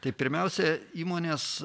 tai pirmiausia įmonės